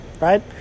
right